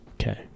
okay